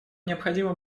необходимо